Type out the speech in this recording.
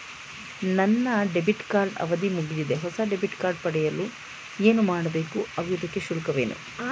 ನನ್ನ debit card ಅವಧಿ ಮುಗಿದಿದೆ ಹೊಸ ಡೆಬಿಟ್ ಕಾರ್ಡ್ ಪಡೆಯಲು ಏನು ಮಾಡಬೇಕು ಹಾಗೂ ಇದಕ್ಕೆ ಶುಲ್ಕವೇನು?